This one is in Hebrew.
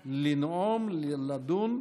אפשרות לנאום, לדון.